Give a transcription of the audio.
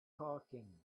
talking